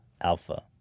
alpha